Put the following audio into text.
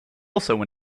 also